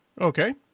Okay